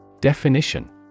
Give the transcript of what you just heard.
Definition